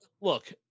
Look